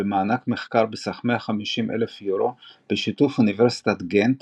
במענק מחקר בסך 150 אלף יורו בשיתוף אוניברסיטת גנט